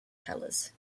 colours